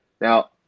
Now